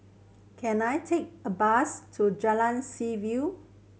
can I take a bus to Jalan Seaview